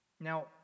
Now